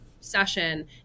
session